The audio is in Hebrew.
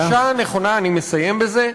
הגישה הנכונה, אני מסיים בזה,